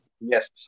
Yes